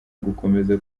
gukomeza